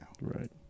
Right